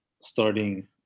starting